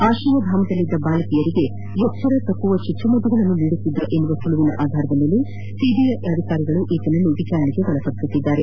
ಆಕ್ರಯಧಾಮದಲ್ಲಿದ್ದ ಬಾಲಕಿಯರಿಗೆ ಎಚ್ಡರತಪ್ಪಿಸುವ ಚುಚ್ಚುಮದ್ದುಗಳನ್ನು ನೀಡುತ್ತಿದ್ದ ಎನ್ನುವ ಸುಳಿವಿನ ಆಧಾರದ ಮೇಲೆ ಸಿಬಿಐ ಅಧಿಕಾರಿಗಳು ಈತನನ್ನು ವಿಚಾರಣೆಗೆ ಒಳಪಡಿಸುತ್ತಿದ್ದಾರೆ